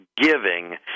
giving